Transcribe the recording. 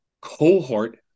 cohort